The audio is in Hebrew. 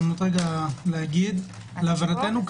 להבנתנו,